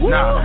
Nah